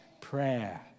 prayer